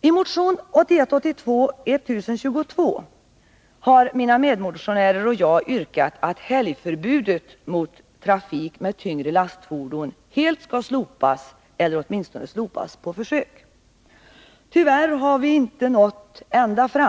I motion 1981/82:1022 har mina medmotionärer och jag yrkat att helgförbudet mot trafik med tyngre lastfordon helt skall slopas eller åtminstone slopas på försök. Tyvärr har vi inte nått ända fram.